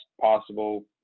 possible